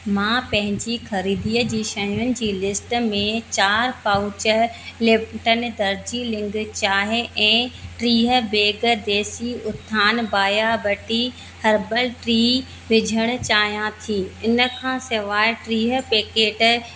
मां पंहिंजी खरीदीअ जी शयुनि जी लिस्ट में चारि पाउच लिप्टन दर्जीलिंग चांहि ऐं टीह बैग देसी उत्थान बायाबटी हर्बल टी विझण चाहियां थी इन खां सवाइ टीह पेकेट